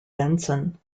benson